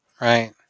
right